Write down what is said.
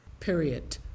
Period